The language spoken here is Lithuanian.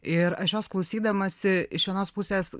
ir aš jos klausydamasi iš vienos pusės